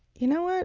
you know what?